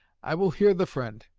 i will hear the friend.